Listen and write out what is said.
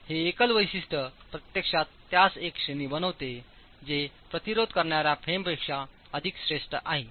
हे एकल वैशिष्ट्य प्रत्यक्षात त्यास एक श्रेणी बनवते जे प्रतिरोध करणार्या फ्रेमपेक्षा अधिक श्रेष्ठ आहे